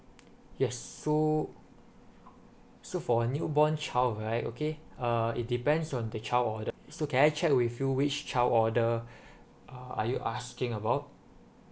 yes so so for a new born child right okay uh it depends on the child order so can I check with you which child order uh are you asking about